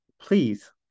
Please